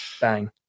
Bang